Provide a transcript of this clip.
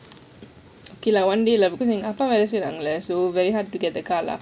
okay lah one day lah because எங்க அப்பா வெள செய்றாங்க ல:enga appa weala seiraanga la so very hard to get the car lah